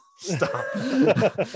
Stop